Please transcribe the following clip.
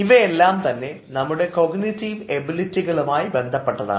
ഇവയെല്ലാം തന്നെ നമ്മുടെ കോഗ്നിറ്റീവ് എബിലിറ്റികളുമായി ബന്ധപ്പെട്ടതാണ്